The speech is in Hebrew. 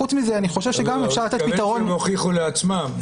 כנראה שהם הוכיחו לעצמם.